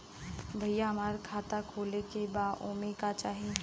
भईया हमार खाता खोले के बा ओमे का चाही?